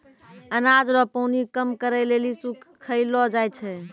अनाज रो पानी कम करै लेली सुखैलो जाय छै